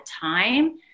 time